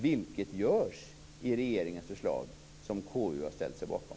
Det görs också enligt regeringens förslag, som KU har ställt sig bakom.